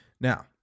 now